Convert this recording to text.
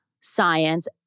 science